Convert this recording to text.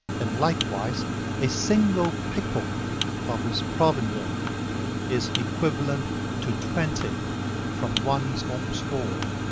and likewise a single picul of his provender is equivalent to twenty from one's own store.